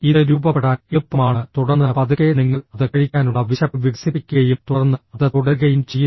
ഇത് രൂപപ്പെടാൻ എളുപ്പമാണ് തുടർന്ന് പതുക്കെ നിങ്ങൾ അത് കഴിക്കാനുള്ള വിശപ്പ് വികസിപ്പിക്കുകയും തുടർന്ന് അത് തുടരുകയും ചെയ്യുന്നു